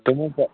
تِمو چھِ